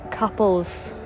couples